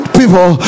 people